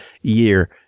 year